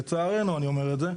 לצערנו אני אומר את זה,